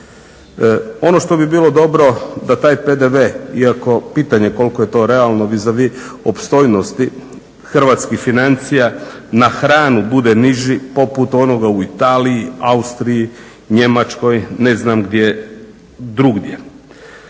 Ono što bi bilo dobro da taj PDV iako pitanje koliko je to realno vis a vis opstojnosti hrvatskih financija na hranu bude niži poput onoga u Italiji, Austriji, Njemačkoj, ne znam gdje drugdje.